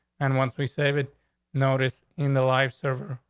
and once we save it notice in the life server,